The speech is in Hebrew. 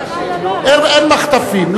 אין מחטפים.